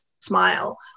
smile